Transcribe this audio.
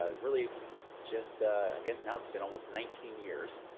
ah really just i guess now it's been almost nineteen years.